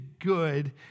good